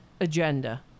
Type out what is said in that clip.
agenda